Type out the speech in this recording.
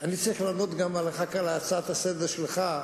אני צריך לענות גם על ההצעה לסדר-היום שלך.